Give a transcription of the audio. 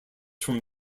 from